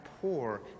poor